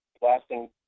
blasting